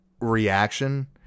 reaction